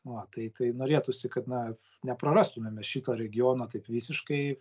nu va tai tai norėtųsi kad na neprarastumėm mes šito regiono taip visiškai